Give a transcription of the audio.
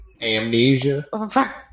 amnesia